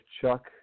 Chuck